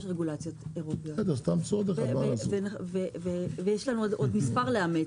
רגולציות אירופאיות ויש לנו לאמץ עוד כמה.